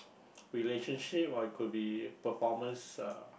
relationship or it could be performance uh